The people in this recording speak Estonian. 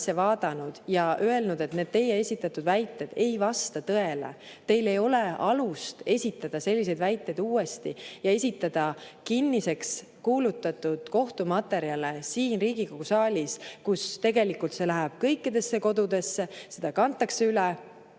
ja öelnud, et need teie esitatud väited ei vasta tõele. Teil ei ole alust esitada selliseid väiteid uuesti ja esitada kinniseks kuulutatud kohtumaterjale siin Riigikogu saalis, kust tegelikult see läheb kõikidesse kodudesse, seda kantakse üle.